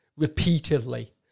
Repeatedly